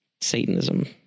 satanism